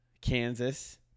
kansas